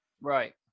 Right